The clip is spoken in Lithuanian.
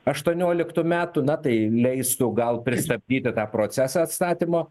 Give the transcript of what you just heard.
aštuonioliktų metų na tai leistų gal pristabdyti tą procesą atstatymo